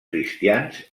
cristians